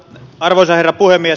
arvoisa herra puhemies